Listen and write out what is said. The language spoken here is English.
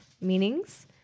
Meanings